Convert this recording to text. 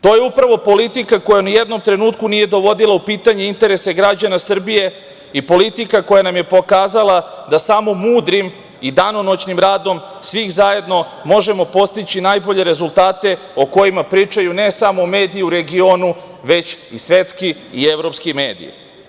To je upravo politika koja ni u jednom trenutku nije dovodila u pitanje interese građana Srbije i politika koja nam je pokazala da samo mudrim i danonoćnim radom svih zajedno možemo postići najbolje rezultate o kojima pričaju ne samo mediji u regionu, već i svetski i evropski mediji.